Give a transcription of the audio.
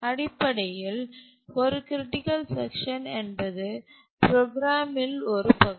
அடிப்படையில் ஒரு critical section என்பது ப்ரோக்ராமில் ஒரு பகுதி